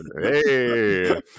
Hey